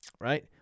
right